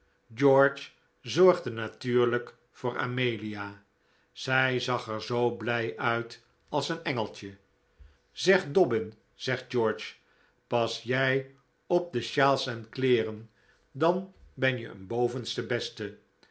george zorgde natuurlijk voor amelia zij zag er zoo blij uit als een engeltje zeg dobbin zegt george pas jij op de sjaals en kleeren dan ben je een bovenste beste